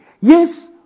yes